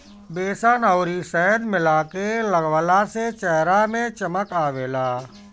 बेसन अउरी शहद मिला के लगवला से चेहरा में चमक आवेला